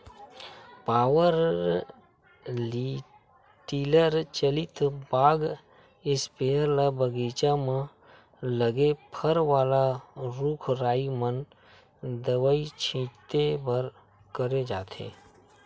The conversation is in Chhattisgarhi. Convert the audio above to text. पॉवर टिलर चलित बाग इस्पेयर ल बगीचा म लगे फर वाला रूख राई म दवई छिते बर करे जाथे